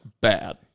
bad